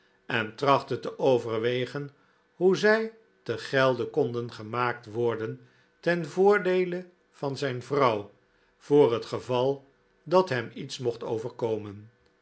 en trachtte te overwegen hoe zij te gelde konden gemaakt worden ten voordeele van zijn vrouw voor het geval dat hem iets mocht overkomeh